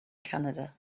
canada